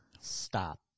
Stop